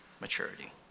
maturity